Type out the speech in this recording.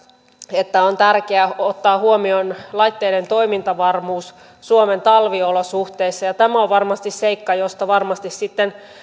että on tärkeää ottaa huomioon laitteiden toimintavarmuus suomen talviolosuhteissa ja tämä on varmasti seikka josta varmasti